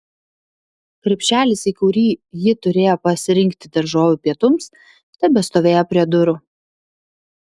krepšelis į kurį ji turėjo pasirinkti daržovių pietums tebestovėjo prie durų